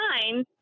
time